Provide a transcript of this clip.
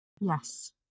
Yes